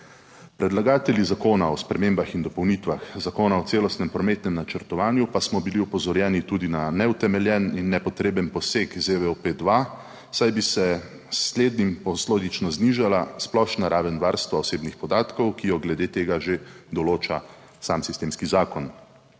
Predlagatelji Zakona o spremembah in dopolnitvah Zakona o celostnem prometnem načrtovanju pa smo bili opozorjeni tudi na neutemeljen in nepotreben poseg ZVOP-2, saj bi se s 30. TRAK (VI) 11.25 (nadaljevanje) slednjim posledično znižala splošna raven varstva osebnih podatkov, ki jo glede tega že določa sam sistemski zakon.